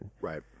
Right